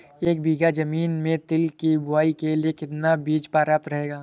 एक बीघा ज़मीन में तिल की बुआई के लिए कितना बीज प्रयाप्त रहेगा?